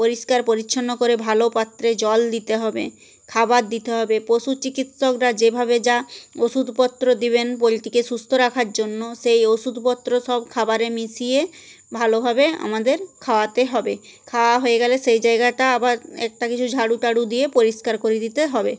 পরিষ্কার পরিচ্ছন্ন করে ভালো পাত্রে জল দিতে হবে খাবার দিতে হবে পশু চিকিৎসকরা যেভাবে যা ওষুধপত্র দেবেন পোলট্রিকে সুস্থ রাখার জন্য সেই ওষুধপত্র সব খাবারে মিশিয়ে ভালোভাবে আমাদের খাওয়াতে হবে খাওয়া হয়ে গেলে সেই জায়গাটা আবার একটা কিছু ঝাড়ু টারু দিয়ে পরিষ্কার করে দিতে হবে